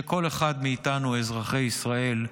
שכל אחד מאיתנו, אזרחי ישראל,